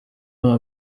uwa